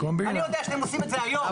אני יודע שאתם עושים את זה היום,